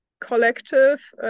collective